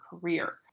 career